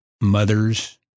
mothers